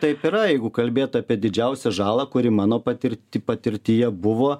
taip yra jeigu kalbėt apie didžiausią žalą kuri mano patirti patirtyje buvo